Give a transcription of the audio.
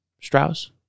Strauss